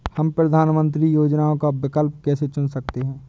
हम प्रधानमंत्री योजनाओं का विकल्प कैसे चुन सकते हैं?